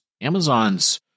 Amazon's